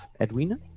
Edwina